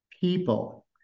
people